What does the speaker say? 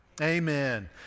amen